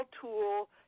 tool